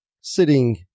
sitting